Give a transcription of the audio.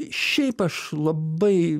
šiaip aš labai